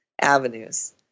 avenues